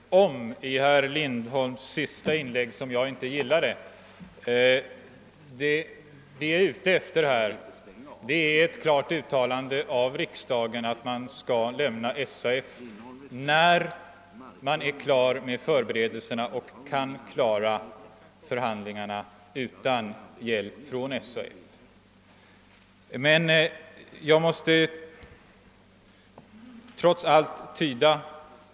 Herr talman! Det var ett »om» i herr Lindholms senaste inlägg som jag inte gillade. Vad jag begär är ett klart uttalande av riksdagen att de statliga företagen skall lämna SAF när förberedelserna för en statlig förhandlingsorganisation är färdiga och denna kan sköta förhandlingarna utan hjälp från SAF.